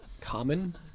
common